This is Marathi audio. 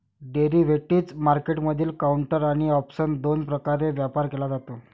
डेरिव्हेटिव्ह मार्केटमधील काउंटर आणि ऑप्सन दोन प्रकारे व्यापार केला जातो